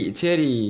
cherry